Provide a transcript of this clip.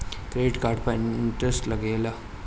Credit card पर interest लागेला?